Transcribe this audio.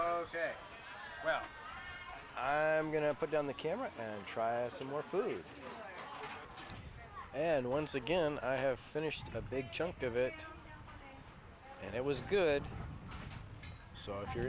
well i'm going to put down the camera and try it some more food and once again i have finished a big chunk of it and it was good so if you're